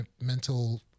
mental